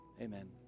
Amen